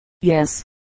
Yes